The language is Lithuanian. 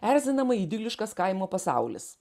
erzinamai idiliškas kaimo pasaulis